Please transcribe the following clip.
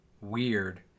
weird